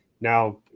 Now